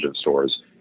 stores